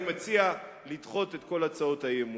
לכן, אני מציע לדחות את כל הצעות האי-אמון.